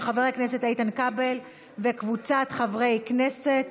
של חבר הכנסת איתן כבל וקבוצת חברי הכנסת,